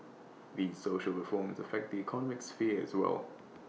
these social reforms affect the economic sphere as well